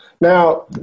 now